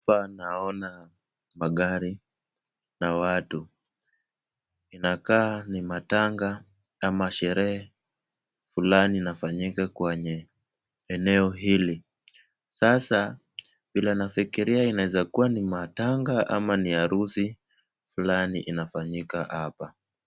Hapa naona magari na watu inaka ni matanga ama sherehe fulani inafanyika kwenye eneo hili. Sasa vile nafikiria inaweza kuwa ni matanga ama ni harusi fulani inafanyika hapa.